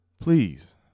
Please